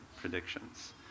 predictions